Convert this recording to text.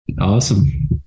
Awesome